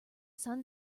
sun